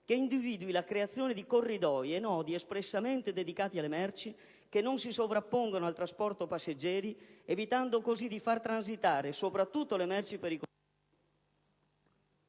che individui la creazione di corridoi e nodi espressamente dedicati alle merci e che non si sovrappongano al trasporto passeggeri; evitando così di far transitare, soprattutto le merci pericolose,